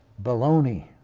baloney.